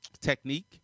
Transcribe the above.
technique